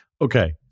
Okay